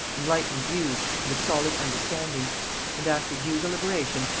enlightened views, and a solid understanding and after due deliberation,